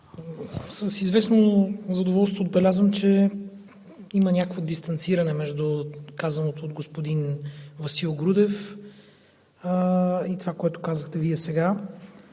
с известно задоволство отбелязвам, че има някакво дистанциране между казаното от господин Васил Грудев и това, което казахте Вие сега,